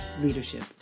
leadership